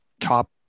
top